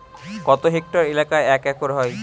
কত হেক্টর এলাকা এক একর হয়?